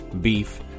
Beef